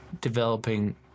developing